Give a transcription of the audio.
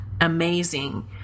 amazing